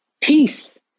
Peace